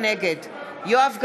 נגד יואב גלנט,